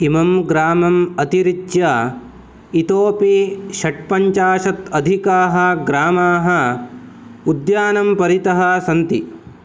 इमं ग्रामम् अतिरिच्य इतोऽपि षट्पञ्चाशत् अधिकाः ग्रामाः उद्यानं परितः सन्ति